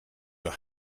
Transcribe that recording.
your